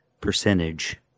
percentage